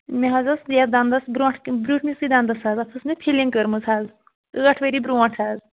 مےٚ حظ اوس یَتھ دَنٛدَس برٛونٛٹھ کٔنۍ برٛوٗنٛٹھمِسٕے دَنٛدَس حظ اَتھ ٲس نا فِلِنٛگ کٔرمٕژ حظ ٲٹھ ؤری برٛونٛٹھ حظ